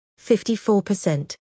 54%